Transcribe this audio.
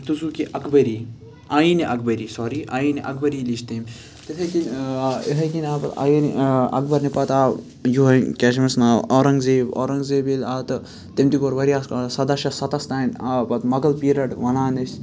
تہٕ سو کہِ اَکبری آیٖنہِ اَکبری سوری آیٖنہِ اَکبری لیٚچھ تٔمۍ تِتھے کٔنۍ یِتھے کٔنۍ آ آیٖن اَکبر نہِ پَتہٕ آو یہوے کیٛاہ چھِ أمِس ناو آرورنٛگزیب آرورنٛگزیب ییٚلہِ آو تہٕ تٔمۍ تہِ کوٚر واریاہ سَداہ شیٚتھ سَتَس تامۍ آو پَتہٕ مۄغَل پیٖرَڈ وَنان أسۍ